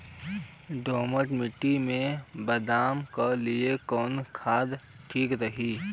दोमट मिट्टी मे बादाम के लिए कवन खाद ठीक रही?